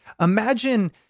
Imagine